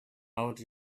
out